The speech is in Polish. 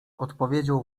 odpowiedział